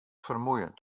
vermoeiend